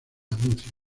anuncio